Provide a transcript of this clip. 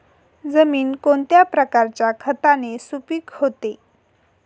जमीन कोणत्या प्रकारच्या खताने सुपिक होते?